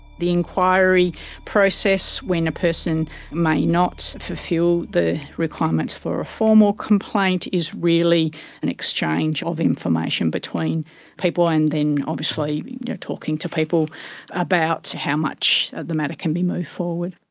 the inquiry process when a person may not fulfil the requirements for a formal complaint is really an exchange of information between people, and then obviously you know talking to people about how much the matter can be moved forward.